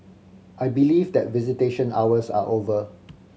I believe that visitation hours are over